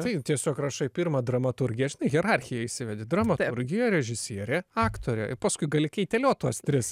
tai tiesiog rašai pirma dramaturgija štai hierarchiją įsivedi dramaturgija režisierė aktorė paskui gali kaitaliot tuos tris